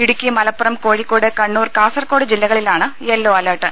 ഇടുക്കി മലപ്പുറം കോഴിക്കോട് കണ്ണൂർ കാസർകോട് ജില്ലകളിലാണ് yellow alert